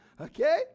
Okay